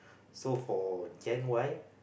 so for Gen-Y